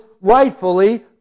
rightfully